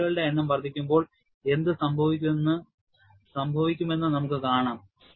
സൈക്കിളുകളുടെ എണ്ണം വർദ്ധിക്കുമ്പോൾ എന്തുസംഭവിക്കുമെന്ന് നമുക്ക് കാണാം